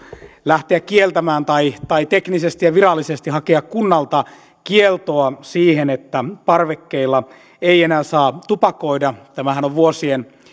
lähteä kieltämään tai tai teknisesti ja virallisesti hakea kunnalta kieltoa että parvekkeilla ei enää saa tupakoida tämähän on